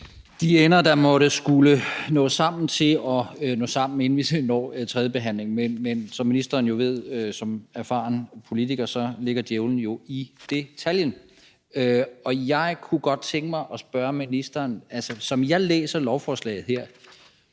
de ender, der måtte skulle nå sammen, til at nå sammen, inden vi når til tredje behandling. Men som ministeren jo ved som erfaren politiker, ligger djævlen jo i detaljen. Som jeg læser lovforslaget her – og ministeren siger jo mange rigtige